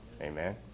Amen